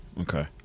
Okay